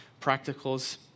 practicals